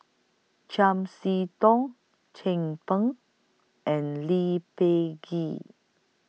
Chiam See Tong Chin Peng and Lee Peh Gee